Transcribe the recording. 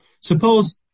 Suppose